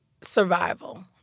survival